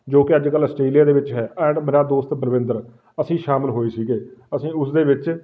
ਜੋ ਕਿ ਅੱਜ ਕੱਲ੍ਹ ਆਸਟ੍ਰੇਲੀਆ ਦੇ ਵਿੱਚ ਹੈ ਐਂਡ ਮੇਰਾ ਦੋਸਤ ਬਲਵਿੰਦਰ ਅਸੀਂ ਸ਼ਾਮਿਲ ਹੋਏ ਸੀਗੇ ਅਸੀਂ ਉਸਦੇ ਵਿੱਚ